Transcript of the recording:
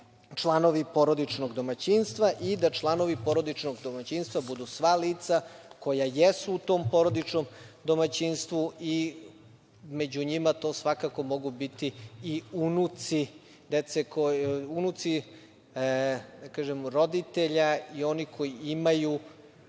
članovi porodičnog domaćinstva i da članovi porodičnog domaćinstva budu sva lica koja jesu u tom porodičnom domaćinstvu i među njima to svakako mogu biti i unuci, da kažem, roditelja i oni koji imaju